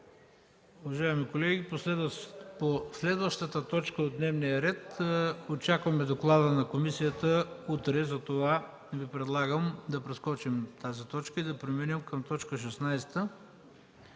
Уважаеми колеги, по следващата точка от дневния ред очакваме доклада на комисията утре, затова Ви предлагам да прескочим тази точка. Преминаваме към следващата